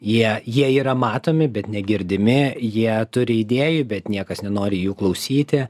jie jie yra matomi bet negirdimi jie turi idėjų bet niekas nenori jų klausyti